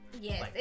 Yes